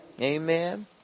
Amen